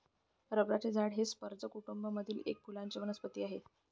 रबराचे झाड हे स्पर्ज कुटूंब मधील एक फुलांची वनस्पती आहे